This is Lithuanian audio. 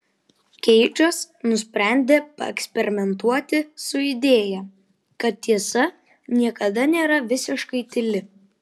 keidžas nusprendė paeksperimentuoti su idėja kad tiesa niekada nėra visiškai tyli